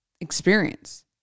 experience